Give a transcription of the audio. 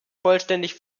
vollständig